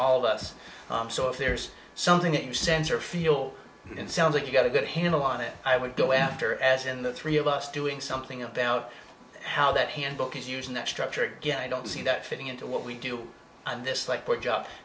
all of us so if there's something that you sense or feel and sounds like you got a good handle on it i would go after as in the three of us doing something about how that handbook is using that structure again i don't see that fitting into what we do on this like